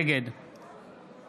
נגד